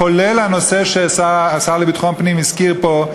כולל הנושא שהשר לביטחון פנים הזכיר פה,